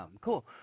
Cool